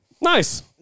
Nice